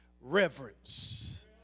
reverence